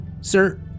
Sir